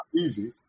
easy